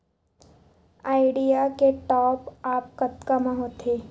Idea के top आप कतका म होथे?